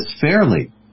fairly